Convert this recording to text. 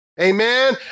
Amen